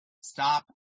Stop